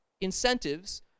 incentives